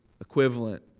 equivalent